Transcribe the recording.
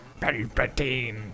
Palpatine